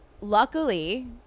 luckily